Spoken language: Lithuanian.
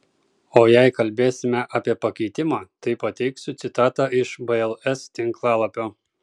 o jei kalbėsime apie pakeitimą tai pateiksiu citatą iš bls tinklalapio